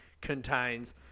contains